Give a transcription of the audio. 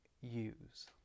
use